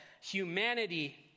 humanity